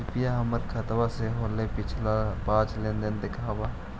कृपा हमर खाता से होईल पिछला पाँच लेनदेन दिखाव